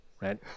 Right